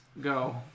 go